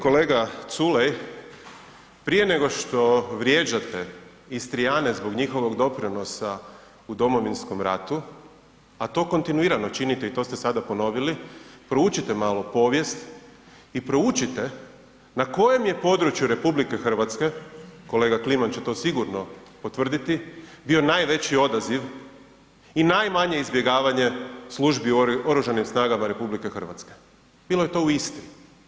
kolega Culej, prije nego što vrijeđate Istrijane zbog njihovog doprinosa u Domovinskom ratu, a to kontinuirano činite i to ste sada ponovili, proučite malo povijest i proučite na kojem je području RH, kolega Kliman će to sigurno potvrditi, bio najveći odaziv i najmanje izbjegavanje službi u oružanim snagama RH, bilo je to u Istri.